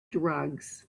drugs